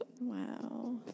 Wow